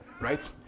right